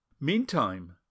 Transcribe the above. Meantime